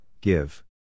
give